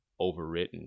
overwritten